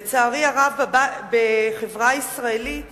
לצערי הרב, בחברה הישראלית